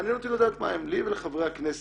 מעניין אותי לדעת מה הן, לי ולחברי הכנסת